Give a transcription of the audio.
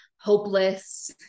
hopeless